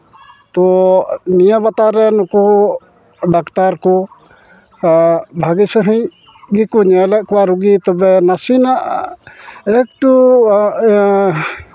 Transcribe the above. ᱛᱚ ᱱᱤᱭᱟᱹ ᱵᱟᱛᱟᱨ ᱨᱮ ᱱᱩᱠᱩ ᱰᱟᱠᱛᱟᱨ ᱠᱚ ᱵᱷᱟᱹᱜᱤ ᱥᱟᱹᱦᱤᱡ ᱜᱮᱠᱚ ᱧᱮᱞ ᱮᱫ ᱠᱚᱣᱟ ᱨᱩᱜᱤ ᱛᱚᱵᱮ ᱱᱟᱥᱮᱱᱟᱜ ᱮᱠᱴᱩ ᱤᱭᱟᱹ